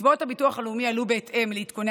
קצבאות הביטוח הלאומי עלו בהתאם לעדכוני